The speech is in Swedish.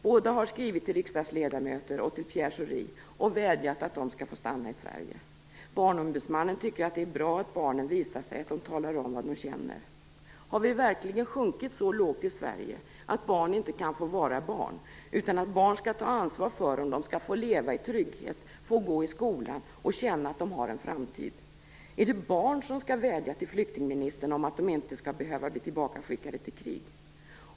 Båda har skrivit till riksdagsledamöter och till Pierre Schori och vädjat att de skall få stanna i Sverige. Barnombudsmannen tycker att det är bra att barnen visat sig, att de talar om vad de känner. Har vi verkligen sjunkit så lågt i Sverige att barn inte kan få vara barn, utan att barn skall ta ansvar för om de skall få leva i trygghet, få gå i skolan och känna att de har en framtid? Är det barn som skall vädja till flyktingministern om att inte behöva bli tillbakaskickade till krig?